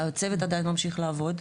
הצוות עדין ממשיך לעבוד.